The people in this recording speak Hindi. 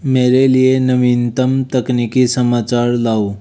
मेरे लिए नवीनतम तकनीकी समाचार लाओ